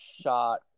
shot